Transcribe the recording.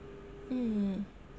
mm